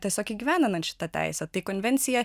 tiesiog įgyvendinant šitą teisę tai konvencija